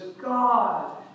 God